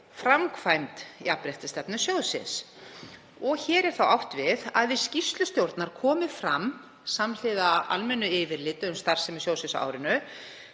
framkvæmd jafnréttisstefnu sjóðsins.“ Hér er þá átt við að í skýrslu stjórna komi fram, samhliða almennu yfirliti um starfsemi sjóða á árinu,